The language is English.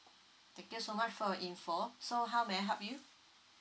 thank you so much for your info so how may I help you